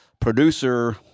producer